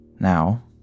Now